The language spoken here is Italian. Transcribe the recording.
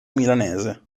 milanese